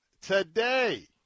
Today